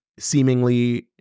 seemingly